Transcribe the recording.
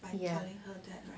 ya